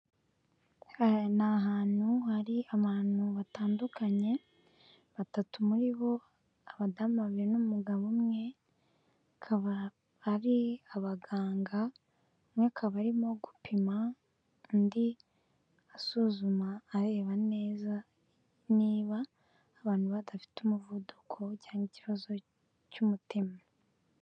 Aha ni ahantu hari abantu batandukanye batatu muri bo abadamu babiri n'umugabo umwe bakaba ari abaganga, umwe akaba arimo gupima, undi asuzuma areba neza niba abantu badafite umuvuduko cyangwa ikibazo cy'umutima.